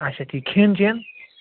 اَچھا ٹھیٖک کھٮ۪ن چٮ۪ن